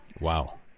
Wow